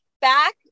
back